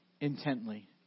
intently